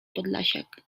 podlasiak